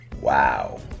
wow